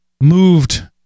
moved